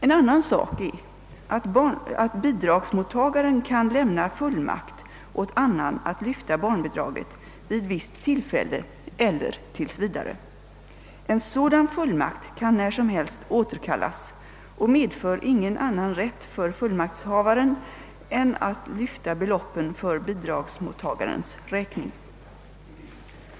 En annan sak är att bidragsmottagaren kan lämna fullmakt åt annan att lyfta barnbidraget vid visst tillfälle eller tills vidare. En sådan fullmakt kan när som helst återkallas och medför ingen annan rätt för fullmaktshavaren än att lyfta beloppen för bidragsmottagarens räkning.